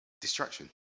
distraction